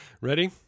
Ready